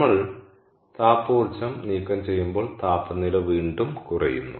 നമ്മൾ താപ ഊർജ്ജം നീക്കം ചെയ്യുമ്പോൾ താപനില വീണ്ടും കുറയുന്നു